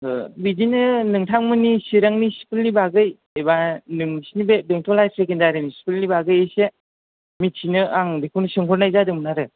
बिदिनो नोंथांमोननि चिरांनि स्कुलनि बागै एबा नोंसिनि बे बेंथल हाइयार सेकेण्डारिनि स्कुलनि बागै एसे मिथिनो आं बेखौनो सोंहरनाय जादोंमोन आरो